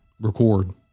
record